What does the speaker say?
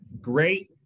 great